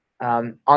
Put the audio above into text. on